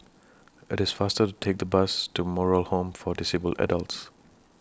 IT IS faster to Take The Bus to Moral Home For Disabled Adults